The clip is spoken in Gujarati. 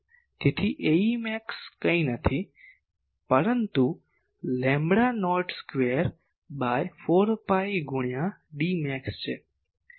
તેથી Ae max કંઈ નથી પરંતુ lambda naught square by 4 pi ગુણ્યા Dmax છે